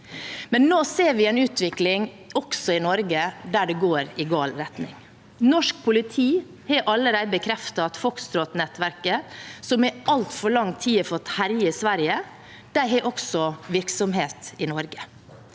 i Norge en utvikling der det går i gal retning. Norsk politi har allerede bekreftet at Foxtrotnettverket, som i altfor lang tid har fått herje i Sverige, også har virksomhet i Norge.